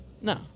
No